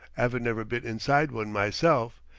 avin never been inside one, myself,